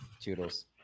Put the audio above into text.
Toodles